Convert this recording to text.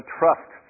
trust